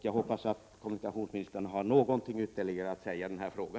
Jag hoppas att kommunikationsministern har någonting ytterligare att säga i denna fråga.